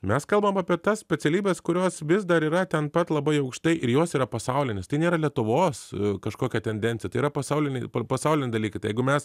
mes kalbam apie tas specialybes kurios vis dar yra ten pat labai aukštai ir jos yra pasaulinės tai nėra lietuvos kažkokia tendencija tai yra pasauliniai pasauliniai dalykai tai jeigu mes